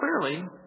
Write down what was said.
clearly